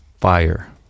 fire